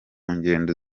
ngendo